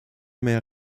mehr